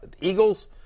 Eagles